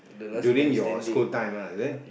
during your school time ah is it